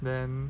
then